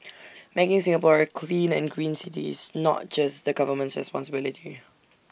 making Singapore A clean and green city is not just the government's responsibility